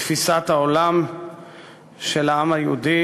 בתפיסת העולם של העם היהודי,